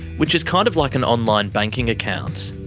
which is kind of like an online banking account.